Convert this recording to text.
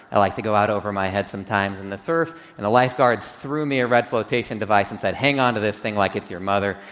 i like to go out over my head sometimes in the surf and the lifeguards threw me a read flotation device and said, hang on to this thing like it's your mother,